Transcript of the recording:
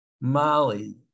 Molly